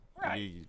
Right